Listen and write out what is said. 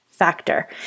factor